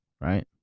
right